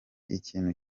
ikintu